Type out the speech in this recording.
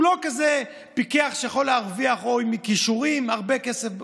הוא לא כזה פיקח או עם כישורים שיכול להרוויח הרבה כסף,